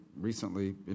recently